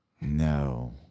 No